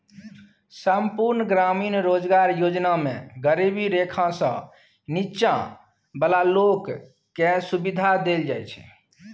संपुर्ण ग्रामीण रोजगार योजना मे गरीबी रेखासँ नीच्चॉ बला लोक केँ सुबिधा देल जाइ छै